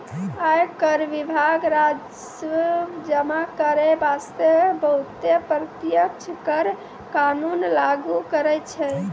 आयकर विभाग राजस्व जमा करै बासतें बहुते प्रत्यक्ष कर कानून लागु करै छै